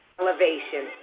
elevation